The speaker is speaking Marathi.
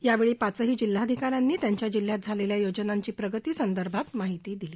यावेळी पाचही जिल्हाधिकाऱ्यांनी त्यांच्या जिल्ह्यात झालेल्या योजनेची प्रगती संदर्भात माहिती दिली